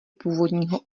původního